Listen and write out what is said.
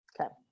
Okay